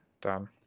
Done